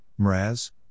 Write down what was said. Mraz